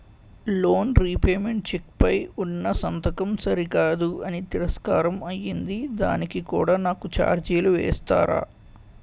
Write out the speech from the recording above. Loan repayment cheque పై ఉన్నా సంతకం సరికాదు అని తిరస్కారం అయ్యింది దానికి కూడా నాకు ఛార్జీలు వేస్తారా?